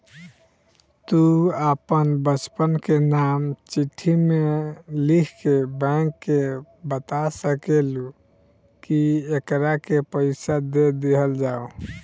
तू आपन बच्चन के नाम चिट्ठी मे लिख के बैंक के बाता सकेलू, कि एकरा के पइसा दे दिहल जाव